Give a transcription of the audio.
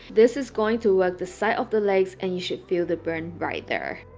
this is going to work the side of the legs and you should feel the burn right there